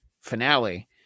finale